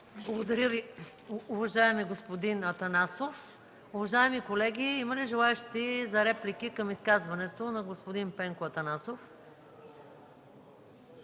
Благодаря Ви, уважаеми господин Атанасов. Има ли желаещи за реплики към изказването на господин Пенко Атанасов?